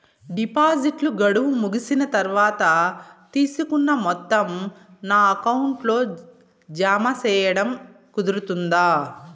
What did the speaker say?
డిపాజిట్లు గడువు ముగిసిన తర్వాత, తీసుకున్న మొత్తం నా అకౌంట్ లో జామ సేయడం కుదురుతుందా?